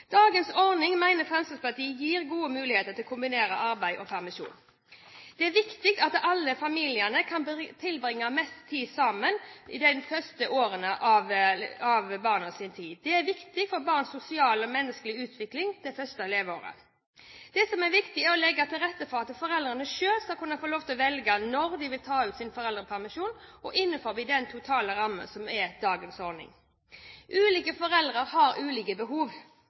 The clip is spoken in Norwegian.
Dagens ordning mener Fremskrittspartiet gir gode muligheter til å kombinere arbeid og permisjon. Det er viktig at alle familiene kan tilbringe mest mulig tid sammen i de første årene av barnas tid. Det er viktig for barns sosiale og menneskelige utvikling de første leveårene. Det som er viktig, er å legge til rette for at foreldrene selv skal kunne få lov til å velge når de vil ta ut sin foreldrepermisjon, innenfor den totale rammen som er dagens ordning. Ulike foreldre har ulike behov,